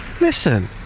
Listen